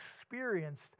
experienced